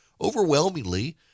overwhelmingly